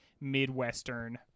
Midwestern